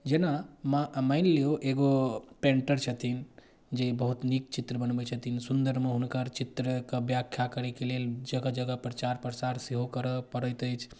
जेना मानि लियौ एगो पेण्टर छथिन जे बहुत नीक चित्र बनबै छथिन सुन्दरमे हुनकर चित्रके ब्याख्या करैके लेल जगह जगह प्रचार प्रसार सेहो करऽ पड़ैत अछि